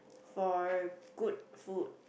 for good food